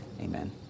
Amen